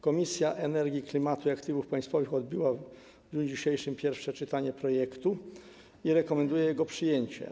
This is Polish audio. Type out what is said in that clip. Komisja do Spraw Energii, Klimatu i Aktywów Państwowych przeprowadziła w dniu dzisiejszym pierwsze czytanie projektu i rekomenduje jego przyjęcie.